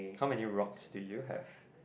how many rocks do you have